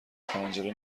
پنجره